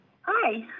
Hi